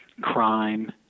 Crime